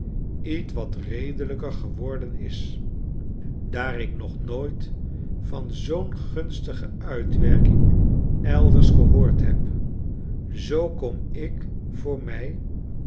ietwat redelijker geworden is daar ik nog nooit van zoo'n gunstige uitwerking elders gehoord heb zoo kom ik voor mij